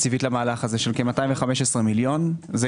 למהלך הזה של כ-215 מיליון.